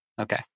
Okay